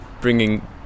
bringing